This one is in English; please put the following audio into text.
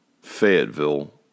Fayetteville